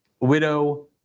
widow